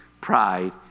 pride